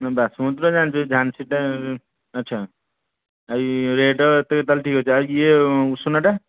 ବାସୁମତି ତ ଜାଣିଛୁ ଝାନ୍ସିଟା ଆଚ୍ଛା ଆଉ ରେଟ୍ ତାହେଲେ ଠିକ୍ ଅଛି ଆଉ ଇଏ ଉଷୁନାଟା